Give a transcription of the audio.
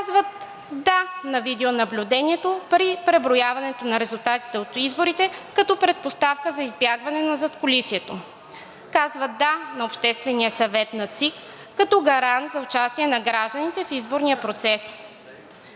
Казват да на видеонаблюдението при преброяването на резултатите от изборите, като предпоставка за избягване на задкулисието. Казват да на Обществения съвет на ЦИК, като гарант за участие на гражданите в изборния процес.